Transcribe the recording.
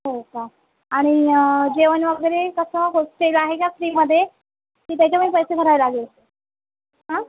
हो का आणि जेवण वगैरे कसा होस्टेल आहे का फ्री मध्ये की त्याचे पण पैसे भरावे लागेल हा